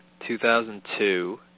2002